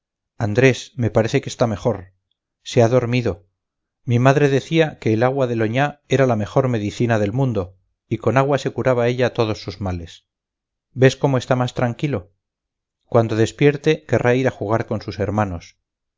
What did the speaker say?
andrés me parece que está mejor se ha dormido mi madre decía que el agua del oñá era la mejor medicina del mundo y con agua se curaba ella todos sus males ves cómo está más tranquilo cuando despierte querrá ir a jugar con sus hermanos